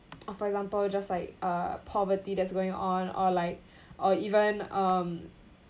or for example just like uh poverty that is going on or like or even um